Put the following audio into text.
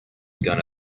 gonna